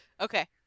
Okay